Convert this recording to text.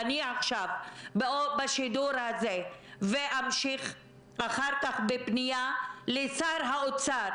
אפנה עכשיו בשידור הזה ואמשיך אחר כך בפנייה לשר האוצר: